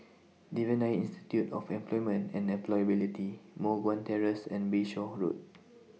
Devan Nair Institute of Employment and Employability Moh Guan Terrace and Bayshore Road